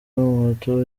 n’umuhutu